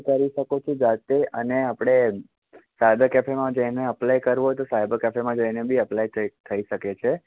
કરી શકો છો જાતે અને આપણે સાયબર કેફેમાં જઈને એપ્લાય કરવું હોય તો સાયબર કેફેમાં જઈને બી એપ્લાઈ થઈ શકે છે